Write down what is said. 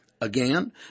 Again